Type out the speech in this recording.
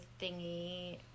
thingy